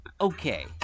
Okay